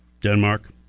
Denmark